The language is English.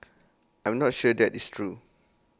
I'm not sure that is true